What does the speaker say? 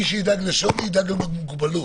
מי שידאג לשוני, ידאג גם למוגבלות.